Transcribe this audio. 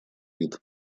вид